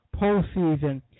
postseason